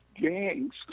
gangs